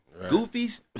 Goofies